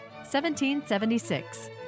1776